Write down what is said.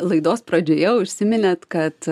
laidos pradžioje užsiminėt kad